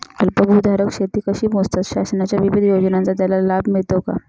अल्पभूधारक शेती कशी मोजतात? शासनाच्या विविध योजनांचा त्याला लाभ मिळतो का?